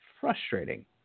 frustrating